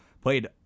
played